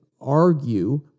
argue